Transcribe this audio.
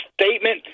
statement